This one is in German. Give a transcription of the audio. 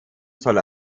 soll